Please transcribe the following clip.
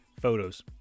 photos